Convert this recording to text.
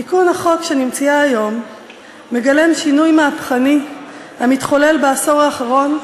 תיקון החוק שאני מציעה היום מגלם שינוי מהפכני המתחולל בעשור האחרון,